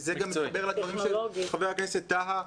זה גם מתחבר לדברים של ח"כ טאהא,